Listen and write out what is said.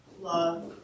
love